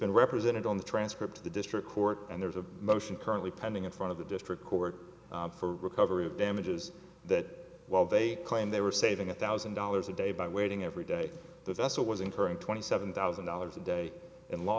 been represented on the transcript to the district court and there's a motion currently pending in front of the district court for recovery of damages that while they claim they were saving a thousand dollars a day by waiting every day the vessel was incurring twenty seven thousand dollars a day in l